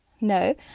No